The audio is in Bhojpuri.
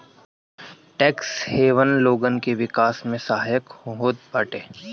टेक्स हेवन लोगन के विकास में सहायक होत बाटे